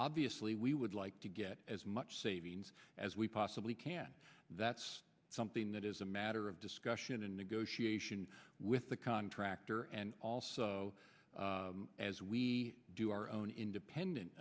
obviously we would like to get as much savings as we possibly can that's something that is a matter of discussion and negotiation with the contractor and also as we do our own independent